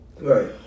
Right